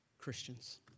Christians